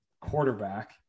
quarterback